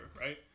right